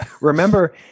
Remember